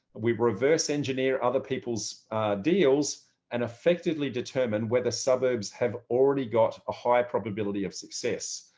we reverse engineer other people's deals and effectively determine whether suburbs have already got a high probability of success.